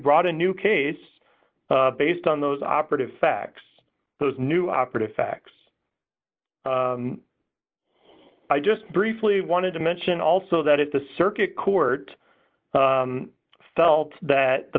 brought a new case based on those operative facts those new operative facts i just briefly wanted to mention also that if the circuit court felt that the